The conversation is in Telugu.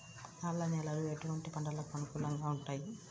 రాళ్ల నేలలు ఎటువంటి పంటలకు అనుకూలంగా ఉంటాయి?